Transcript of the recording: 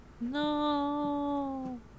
No